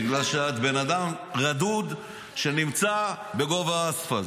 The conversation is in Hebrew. בגלל שאת בן אדם רדוד שנמצא בגובה האספלט.